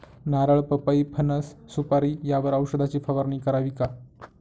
नारळ, पपई, फणस, सुपारी यावर औषधाची फवारणी करावी का?